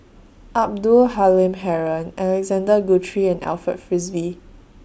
Abdul Halim Haron Alexander Guthrie and Alfred Frisby